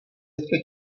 jste